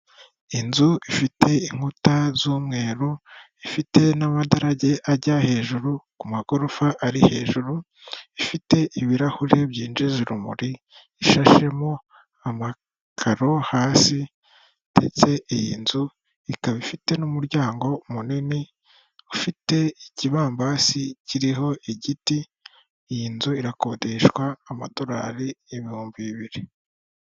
Inzu ifite inkuta z'umweru, ifite n'amadarage ajya hejuru ku magorofa ari hejuru, ifite ibirahure byinjiza urumuri, ishashemo amakaro hasi, ndetse iyi nzu ikaba ifite n'umuryango munini ufite ikibambasi kiriho igiti. Iyi nzu irakodeshwa amadolari ibihumbi bibiri.